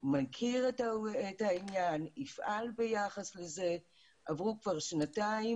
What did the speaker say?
מכיר את העניין, יפעל ביחס לזה, עברו כבר שנתיים